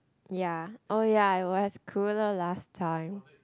ya oh ya it was cooler last time